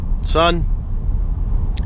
son